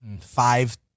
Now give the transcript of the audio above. five